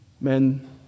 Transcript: Men